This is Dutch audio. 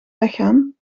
weggaan